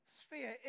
sphere